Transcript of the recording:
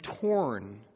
torn